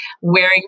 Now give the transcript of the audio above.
wearing